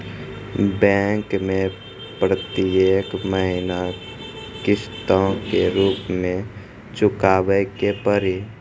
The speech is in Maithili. बैंक मैं प्रेतियेक महीना किस्तो के रूप मे चुकाबै के पड़ी?